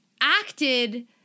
acted